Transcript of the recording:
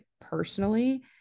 personally